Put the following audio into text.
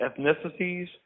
ethnicities